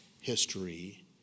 history